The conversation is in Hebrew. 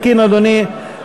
אדוני?